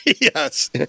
Yes